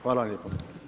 Hvala vam lijepa.